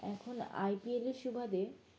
এখন আইপিএলের সুবাদে